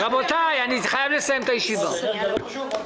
מה, אנרגיה לא חשוב?